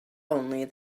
only